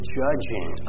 judging